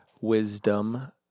wisdom